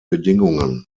bedingungen